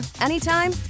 anytime